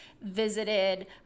visited